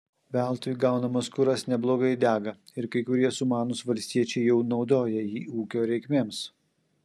veltui gaunamas kuras neblogai dega ir kai kurie sumanūs valstiečiai jau naudoja jį ūkio reikmėms